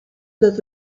that